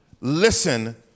listen